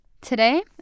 Today